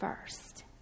first